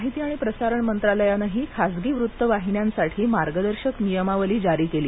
माहिती आणि प्रसारण मंत्रालयानंही खासगी वृत्त वाहिन्यांसाठी मार्गदर्शक नियमावली जारी केली